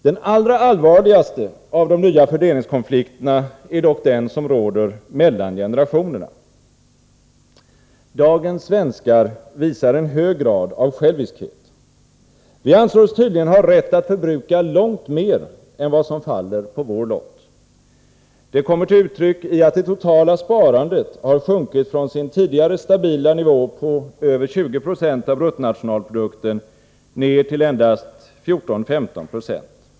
Den allra allvarligaste av de nya fördelningskonflikterna är dock den som råder mellan generationerna. Dagens svenskar visar en hög grad av själviskhet. Vi anser oss tydligen ha rätt att förbruka långt mer än vad som faller på vår lott. Det kommer till uttryck i att det totala sparandet har sjunkit från sin tidigare stabila nivå på över 20 90 av bruttonationalprodukten ner till endast 14-15 Jo.